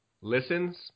Listens